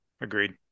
Agreed